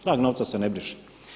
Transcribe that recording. Trag novca se ne briše.